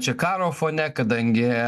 čia karo fone kadangi